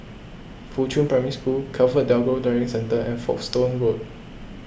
Fuchun Primary School ComfortDelGro Driving Centre and Folkestone Road